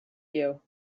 you